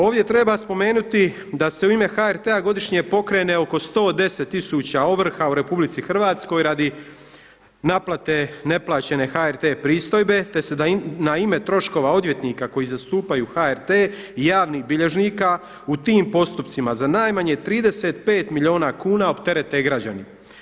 Ovdje treba spomenuti da se u ime HRT-a godišnje pokrene oko 110 tisuća ovrha u RH radi naplate neplaćene HRT pristojbe, te se na ime troškova odvjetnika koji zastupaju HRT i javnih bilježnika u tim postupcima za najmanje 35 milijuna kuna opterete građani.